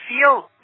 feel